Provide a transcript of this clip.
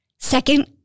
Second